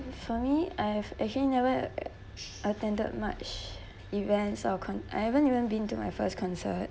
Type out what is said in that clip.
for me I've actually never attended much events or con~ I haven't even been to my first concert